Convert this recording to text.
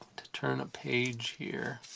turn a page here